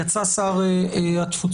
יצא שר התפוצות,